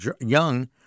young